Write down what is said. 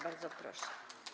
Bardzo proszę.